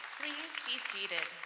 be seated.